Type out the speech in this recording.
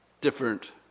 different